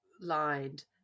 lined